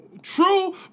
True